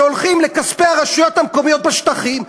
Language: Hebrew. שהולכים לכספי הרשויות המקומיות בשטחים,